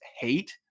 hate